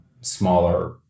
smaller